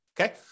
okay